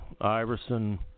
Iverson